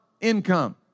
income